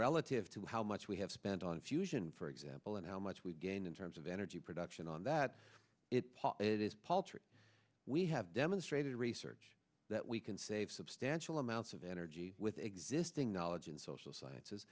relative to how much we have spent on fusion for example and how much we gain in terms of energy production on that it is paltry we have demonstrated research that we can save substantial amounts of energy with existing knowledge in social sciences